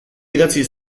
idatzi